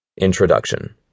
INTRODUCTION